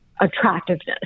attractiveness